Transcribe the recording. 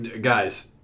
Guys